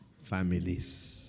families